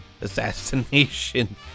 assassination